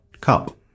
Cup